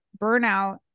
burnout